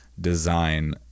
design